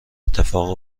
اتفاق